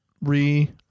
re